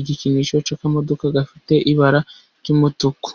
igikinisho cy'akamodoka gafite ibara ry'umutuku.